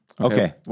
Okay